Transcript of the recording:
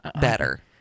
better